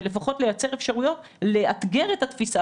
ומייצרים אפשרויות שמאתגרות את התפיסה